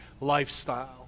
lifestyle